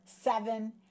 seven